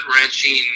wrenching